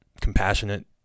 compassionate